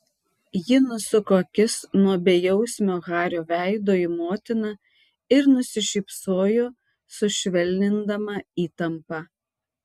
ji nusuko akis nuo bejausmio hario veido į motiną ir nusišypsojo sušvelnindama įtampą